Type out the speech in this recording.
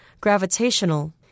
Gravitational